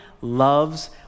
loves